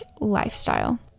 lifestyle